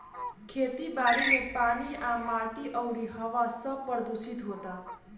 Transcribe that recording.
खेती बारी मे पानी आ माटी अउरी हवा सब प्रदूशीत होता